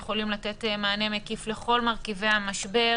יכולים לתת מענה מקיף לכל מרכיבי המשבר,